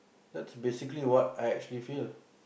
that's basically what I actually feel